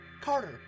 Carter